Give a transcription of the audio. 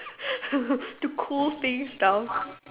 to cool things down